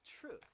truth